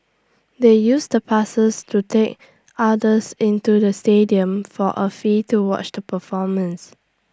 they used the passes to take others into the stadium for A fee to watch the performance